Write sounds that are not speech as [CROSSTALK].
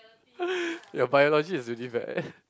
[LAUGHS] your biology is really bad